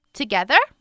together